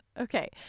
Okay